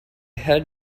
heard